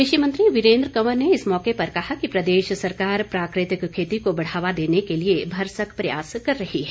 कृषि मंत्री वीरेंद्र कंवर ने इस मौके पर कहा कि प्रदेश सरकार प्राकृतिक खेती को बढ़ावा देने के लिए भरसक प्रयास कर रही है